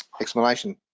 explanation